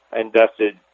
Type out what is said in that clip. invested